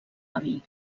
avi